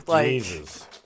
Jesus